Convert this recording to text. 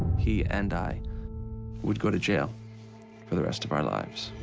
he and i would go to jail for the rest of our lives